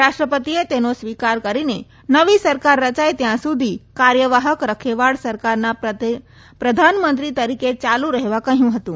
રાષ્ટ્રપતિએ તેનો સ્વીકારકરીને નવી સરકાર રચાય ત્યાં સુધી કાર્યવાહક રખેવાળ સરકારના પ્રધાનમંત્રી તરીકે ચાલુ રહેવા કહ્યું હતું